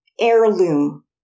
heirloom